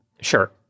Sure